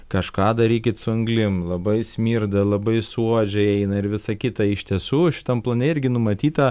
kažką darykit su anglim labai smirda labai suodžiai eina ir visa kita iš tiesų šitam plane irgi numatyta